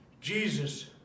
Jesus